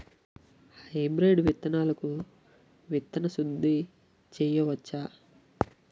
Hybrid విత్తనాలకు విత్తన శుద్ది చేయవచ్చ?